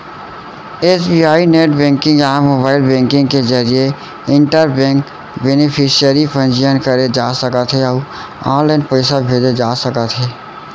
SBI net banking या mobile banking के जरिए इंटर बेंक बेनिफिसियरी पंजीयन करे जा सकत हे अउ ऑनलाइन पइसा भेजे जा सकत हे